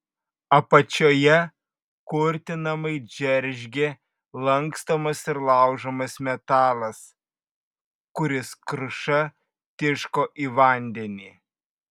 apačioje kurtinamai džeržgė lankstomas ir laužomas metalas kuris kruša tiško į vandenį